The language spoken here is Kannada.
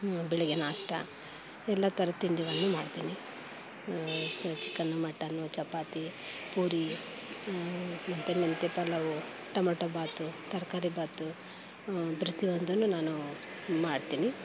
ಬೆಳಗ್ಗೆ ನಾಷ್ಟ ಎಲ್ಲ ಥರದ ತಿಂಡಿಗಳನ್ನು ಮಾಡ್ತೀನಿ ಚಿಕನ್ನು ಮಟನ್ನು ಚಪಾತಿ ಪೂರಿ ಮೆಂತ್ಯ ಮೆಂತ್ಯ ಪಲಾವು ಟೊಮ್ಯಾಟೋ ಬಾತು ತರಕಾರಿ ಬಾತು ಪ್ರತಿಯೊಂದೂ ನಾನು ಮಾಡ್ತೀನಿ